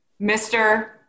Mr